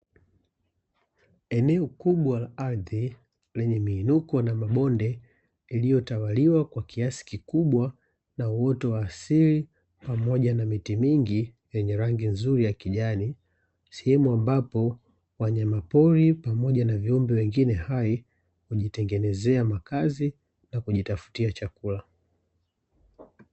Eneo kubwa la ardhi lenye miinuko na mabonde iliyotawaliwa kwa kiasi kikubwa na uoto wa asili pamoja na miti mingi yenye rangi nzuri ya kijani, sehemu ambapo wanyamapori pamoja na viumbe wengine hai hujitengenezea makazi na kujitafutia chakula.